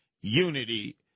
unity